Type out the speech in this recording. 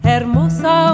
Hermosa